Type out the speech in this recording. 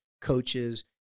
coaches